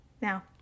Now